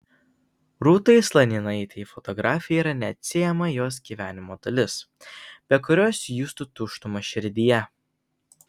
rūtai slaninaitei fotografija yra neatsiejama jos gyvenimo dalis be kurios justų tuštumą širdyje